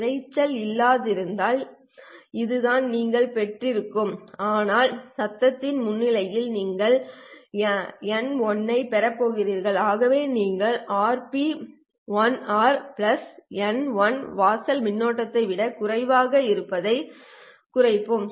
இரைச்சல் இல்லாதிருந்தால் இதுதான் நீங்கள் பெற்றிருப்பீர்கள் ஆனால் சத்தத்தின் முன்னிலையில் நீங்கள் n1 ஐப் பெறப் போகிறீர்கள் ஆகவே நீங்கள் RP1r n1 வாசல் மின்னோட்டத்தை விட குறைவாக இருப்பதைக் குறைப்போம்